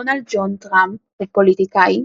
דונלד ג'ון טראמפ הוא פוליטיקאי,